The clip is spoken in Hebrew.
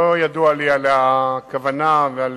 לא ידוע לי על הכוונה ועל